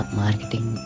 marketing